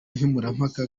nkemurampaka